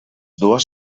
dues